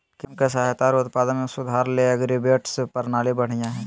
किसान के सहायता आर उत्पादन में सुधार ले एग्रीबोट्स प्रणाली बढ़िया हय